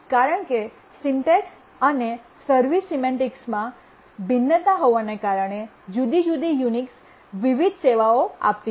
કારણ કે સિન્ટેક્સ અને સર્વિસ સિમેન્ટિક્સમાં ભિન્નતા હોવાને કારણે જુદી જુદી યુનિક્સ વિવિધ સેવાઓ આપતી હતી